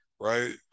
right